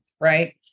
right